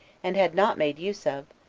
and had not made use of,